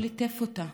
ליטף אותו,